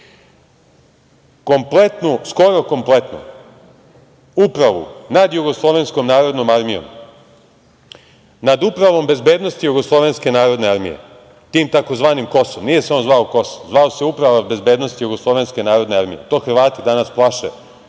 godine skoro kompletnu upravu nad Jugoslovenskom narodnom armijom, nad Upravom bezbednosti Jugoslovenske narodne armije, tim tzv. KOS-om… Nije se on zvao KOS, zvao se Uprava bezbednosti Jugoslovenske narodne armije. To Hrvati danas plaše